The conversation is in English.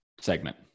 segment